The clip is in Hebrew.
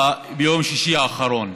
ביום שישי האחרון.